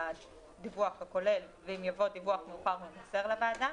הדיווח הכולל ואם יבוא דיווח מאוחר הוא יימסר לוועדה.